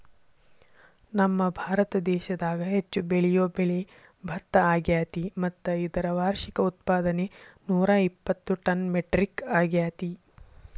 ನಮ್ಮಭಾರತ ದೇಶದಾಗ ಹೆಚ್ಚು ಬೆಳಿಯೋ ಬೆಳೆ ಭತ್ತ ಅಗ್ಯಾತಿ ಮತ್ತ ಇದರ ವಾರ್ಷಿಕ ಉತ್ಪಾದನೆ ನೂರಾಇಪ್ಪತ್ತು ಟನ್ ಮೆಟ್ರಿಕ್ ಅಗ್ಯಾತಿ